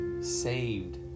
saved